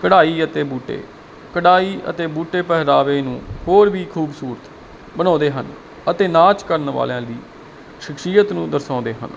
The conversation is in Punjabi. ਕਢਾਈ ਅਤੇ ਬੂਟੇ ਕਢਾਈ ਅਤੇ ਬੂਟੇ ਪਹਿਰਾਵੇ ਨੂੰ ਹੋਰ ਵੀ ਖੂਬਸੂਰਤ ਬਣਾਉਂਦੇ ਹਨ ਅਤੇ ਨਾਚ ਕਰਨ ਵਾਲਿਆਂ ਨੂੰ ਸ਼ਖਸ਼ੀਅਤ ਨੂੰ ਦਰਸਾਉਂਦੇ ਹਾਂ